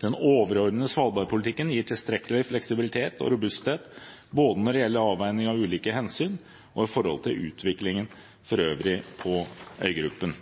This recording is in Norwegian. Den overordnede svalbardpolitikken gir tilstrekkelig fleksibilitet og robusthet både når det gjelder avveining av ulike hensyn, og for utviklingen for øvrig på øygruppen.